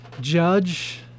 judge